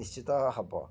ନିଶ୍ଚିନ୍ତ ହବ